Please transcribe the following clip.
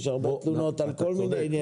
יש הרבה תלונות על כל מיני עניינים.